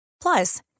Plus